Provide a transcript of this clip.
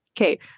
okay